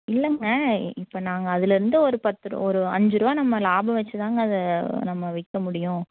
இல்லைங்க இ இப்போ நாங்கள் அதிலேருந்து ஒரு பத்து ரூ ஒரு அஞ்சு ரூபா நம்ம லாபம் வெச்சு தாங்க அதை நம்ம விற்க முடியும்